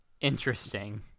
Interesting